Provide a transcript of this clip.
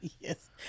Yes